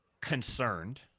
concerned